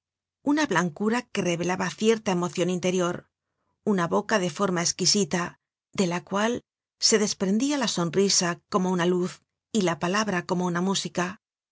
una blancura que revelaba cierta emocion interior una boca de forma esquisita de la cual se desprendia la sonrisa como una luz y la palabra como una música